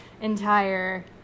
entire